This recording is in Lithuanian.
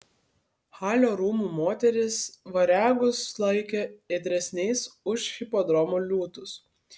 halio rūmų moterys variagus laikė ėdresniais už hipodromo liūtus